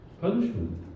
punishment